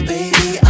Baby